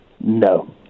No